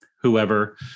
whoever